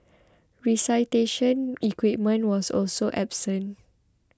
resuscitation equipment was also absent